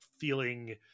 feeling